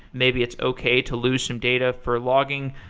maybe it's okay to lose some data for logging.